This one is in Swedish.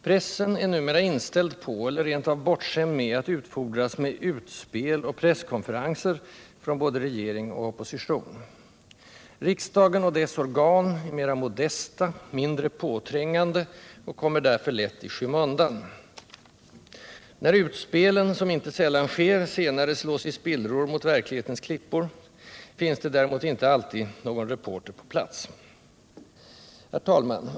Pressen är numera inställd på, eller bortskämd med, att utfodras med ”utspel” och presskonferenser från både regering och opposition. Riksdagen och dess organ är mera modesta, mindre påträngande, och kommer därför lätt i skymundan. När utspelen, som inte sällan sker, senare slås i spillror mot verklighetens klippor, finns det däremot inte alltid någon reporter på plats. Herr talman!